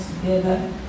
together